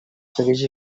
segueix